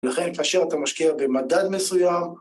לכן כאשר אתה משקיע במדד מסוים